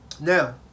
Now